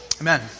Amen